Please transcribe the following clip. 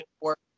work